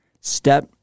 Step